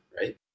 right